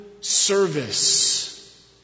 service